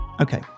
okay